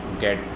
get